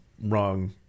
wrong